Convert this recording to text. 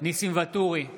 ניסים ואטורי,